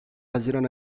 haziran